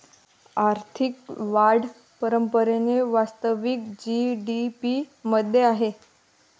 आर्थिक वाढ परंपरेने वास्तविक जी.डी.पी मध्ये आहे